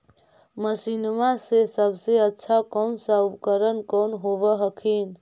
मसिनमा मे सबसे अच्छा कौन सा उपकरण कौन होब हखिन?